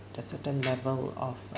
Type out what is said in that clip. the certain level of a